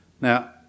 Now